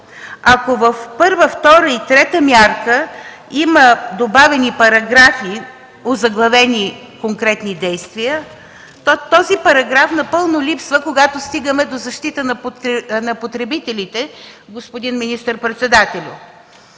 Ако в първа, втора и трета мярка има добавени параграфи, озаглавени „конкретни действия”, то този параграф напълно липсва, когато стигаме до ”защита на потребителите”, господин министър-председателю.